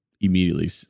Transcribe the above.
immediately